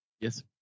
Yes